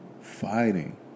fighting